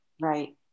Right